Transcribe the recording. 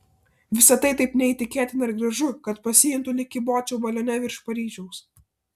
visa tai taip neįtikėtina ir gražu kad pasijuntu lyg kybočiau balione virš paryžiaus